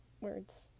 words